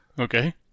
Okay